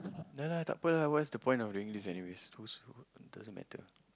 dah lah tak apa lah what's the point of doing this anyways too slow it doesn't matter